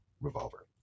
Revolver